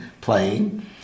playing